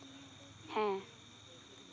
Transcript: ᱦᱮᱸ